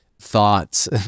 thoughts